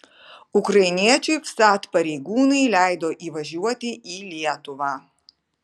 ukrainiečiui vsat pareigūnai leido įvažiuoti į lietuvą